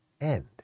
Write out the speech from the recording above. end